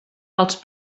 els